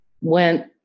went